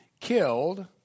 killed